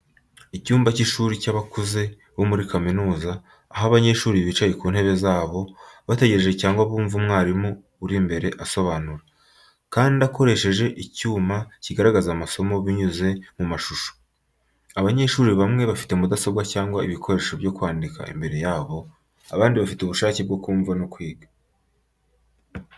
Icyumba cy’ishuri cy’abakuze bo muri kaminuza, aho abanyeshuri bicaye ku ntebe zabo bategereje cyangwa bumva umwarimu uri imbere asobanura, kandi akoresheje icyuma kigaragaza amasomo binyuze mu mashusho. Abanyeshuri bamwe bafite mudasobwa cyangwa ibikoresho byo kwandika imbere yabo, kandi bafite ubushake bwo kumva no kwiga.